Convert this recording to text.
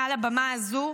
מעל הבמה הזו,